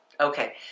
Okay